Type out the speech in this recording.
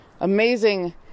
amazing